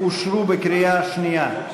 אושרו בקריאה שנייה.